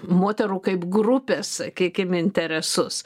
moterų kaip grupės sakykim interesus